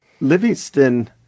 Livingston